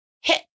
hit